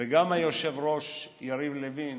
וגם היו"ר יריב לוין